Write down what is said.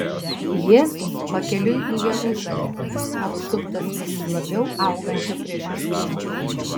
jėzus pakeliui į jeruzalę apsuptas vis labiau augančio priešiškumo